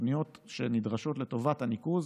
התוכניות שנדרשות לטובת הניקוז,